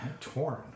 Torn